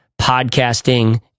podcasting